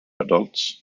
adults